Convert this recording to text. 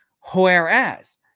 Whereas